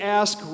ask